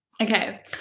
Okay